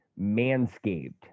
Manscaped